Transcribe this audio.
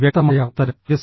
വ്യക്തമായ ഉത്തരം isóìNo